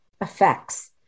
effects